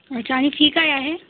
अच्छा आणि फी काय आहे